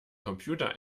computer